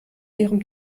ihrem